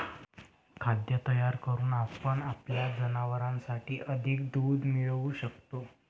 खाद्य तयार करून आपण आपल्या जनावरांसाठी अधिक दूध मिळवू शकतो